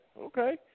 Okay